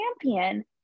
champion